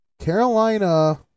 Carolina